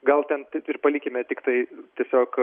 gal ten taip ir palikime tiktai tiesiog